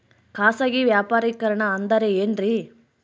ಖಾಸಗಿ ವ್ಯಾಪಾರಿಕರಣ ಅಂದರೆ ಏನ್ರಿ?